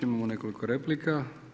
Imamo nekoliko replika.